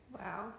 wow